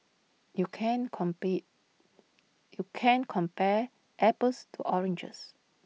you can't complete you can't compare apples to oranges